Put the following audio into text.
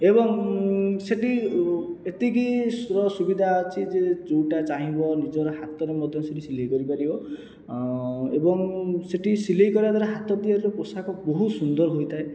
ଏବଂ ସେ'ଠି ଏତିକିର ସୁବିଧା ଅଛି ଯେ ଯେଉଁଟା ଚାହିଁବ ନିଜର ହାତରେ ମଧ୍ୟ ସେ'ଠି ସିଲାଇ କରିପାରିବ ଏବଂ ସେ'ଠି ସିଲାଇ କରିବା ଦ୍ଵାରା ହାତ ତିଆରିର ପୋଷାକ ବହୁତ ସୁନ୍ଦର ହୋଇଥାଏ